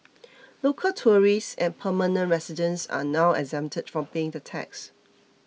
local tourists and permanent residents are now exempted from paying the tax